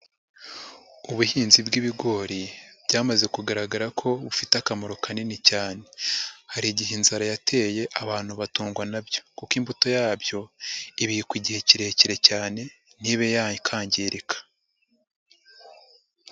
Ubuhinzi bw'ibigori byamaze kugaragara ko bufite akamaro kanini cyane, hari igihe inzara yateye abantu batungwa na byo kuko imbuto yabyo ibikwa igihe kirekire cyane ntibe yakangirika.